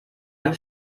eine